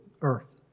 Earth